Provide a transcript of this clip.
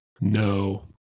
No